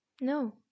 no